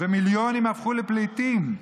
ומיליונים הפכו לפליטים.